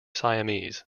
siamese